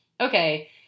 okay